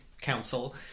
council